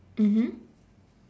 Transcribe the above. mmhmm